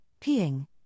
peeing